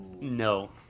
No